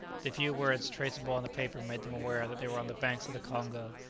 the few words traceable on the paper made them aware that they were on the banks of the congo,